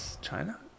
China